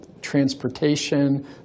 transportation